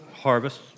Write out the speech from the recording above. Harvest